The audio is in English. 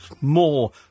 more